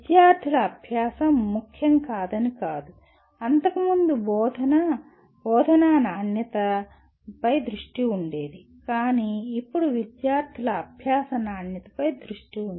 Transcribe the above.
విద్యార్థుల అభ్యాసం ముఖ్యం కాదని కాదు అంతకుముందు బోధన బోధనా నాణ్యత పై దృష్టి ఉండేది కానీ ఇప్పుడు విద్యార్థుల అభ్యాస నాణ్యత పై దృష్టి ఉంది